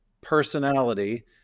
personality